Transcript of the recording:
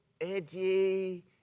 edgy